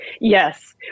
Yes